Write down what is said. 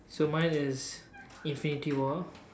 so mine is infinity war